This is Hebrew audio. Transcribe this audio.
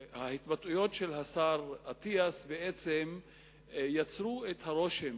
ההתבטאויות של השר אטיאס יצרו את הרושם